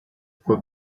fue